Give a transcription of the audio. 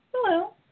Hello